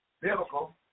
biblical